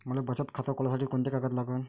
मले बचत खातं खोलासाठी कोंते कागद लागन?